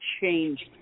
changed